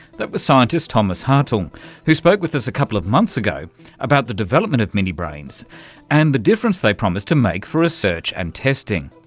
that was scientist thomas hartung who spoke to us a couple of months ago about the development of mini-brains and the difference they promise to make for research and testing.